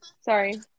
Sorry